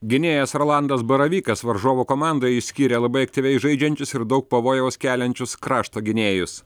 gynėjas rolandas baravykas varžovų komandoje išskyrė labai aktyviai žaidžiančius ir daug pavojaus keliančius krašto gynėjus